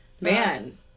Man